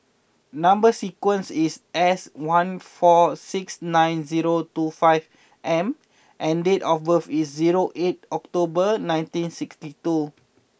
number sequence is S one four six nine zero two five M and date of birth is zero eight October nineteen sixty two